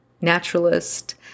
naturalist